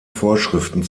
vorschriften